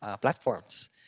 platforms